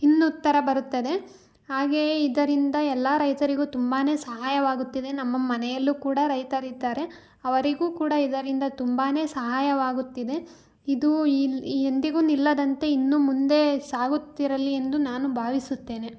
ಹಿನ್ನುತ್ತರ ಬರುತ್ತದೆ ಹಾಗೆಯೆ ಇದರಿಂದ ಎಲ್ಲ ರೈತರಿಗೂ ತುಂಬಾ ಸಹಾಯವಾಗುತ್ತಿದೆ ನಮ್ಮ ಮನೆಯಲ್ಲೂ ಕೂಡ ರೈತರಿದ್ದಾರೆ ಅವರಿಗೂ ಕೂಡ ಇದರಿಂದ ತುಂಬಾ ಸಹಾಯವಾಗುತ್ತಿದೆ ಇದು ಎಂದಿಗೂ ನಿಲ್ಲದಂತೆ ಇನ್ನೂ ಮುಂದೆ ಸಾಗುತ್ತಿರಲಿ ಎಂದು ನಾನು ಭಾವಿಸುತ್ತೇನೆ